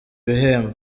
bihembo